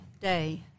day